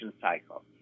cycle